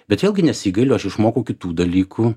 bet vėlgi nesigailiu aš išmokau kitų dalykų